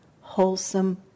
wholesome